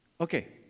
Okay